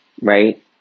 right